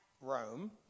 Rome